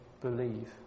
believe